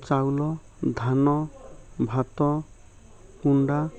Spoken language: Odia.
ଚାଉଳ ଧାନ ଭାତ କୁଣ୍ଡା